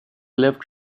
left